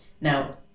now